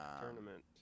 tournament